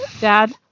dad